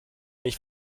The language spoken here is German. mich